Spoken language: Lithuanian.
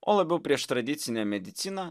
o labiau prieš tradicinę mediciną